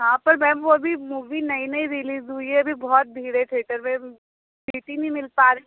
हाँ पर मैम वो अभी मूवी नई नई रिलीज़ हुई है अभी बहुत भीड़ है थिएटर में सीट ही नहीं मिल पा रही